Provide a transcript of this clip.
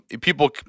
People